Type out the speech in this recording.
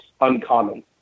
uncommon